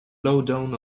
lowdown